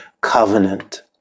covenant